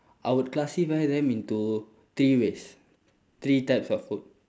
I would classify them into three ways three types of food